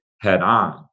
head-on